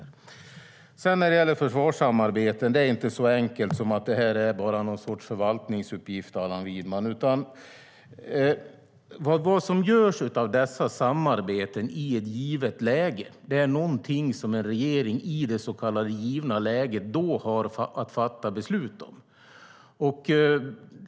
Vad som görs av dessa samarbeten i ett givet läge är någonting som en regering har att fatta beslut om i det så kallade givna läget.